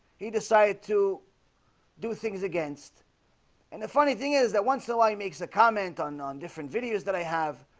he decided to do things against and the funny thing is that once the why makes a comment on on different videos that i have?